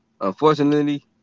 unfortunately